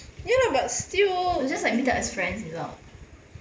ya lah but still